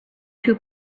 two